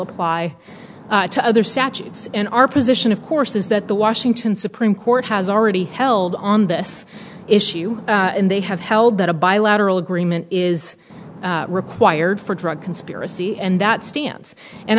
apply to other statutes in our position of course is that the washington supreme court has already held on this issue and they have held that a bilateral agreement is required for drug conspiracy and that stands and